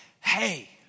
hey